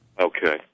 Okay